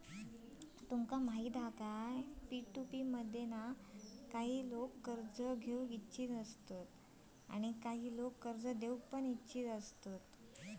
काय तुमका माहित हा पी.टू.पी मध्ये काही लोका कर्ज घेऊक आणि काही लोका कर्ज देऊक इच्छुक असतत